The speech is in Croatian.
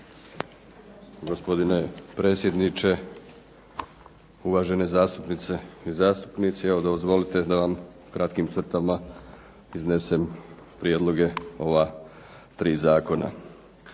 Gospodine predsjedniče, uvažene zastupnice i zastupnici. Evo dozvolite da vam u kratkim crtama iznesem prijedloge ova tri zakona.